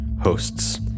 hosts